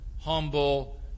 humble